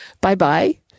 Bye-bye